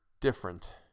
different